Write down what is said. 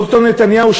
ד"ר נתניהו,